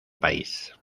país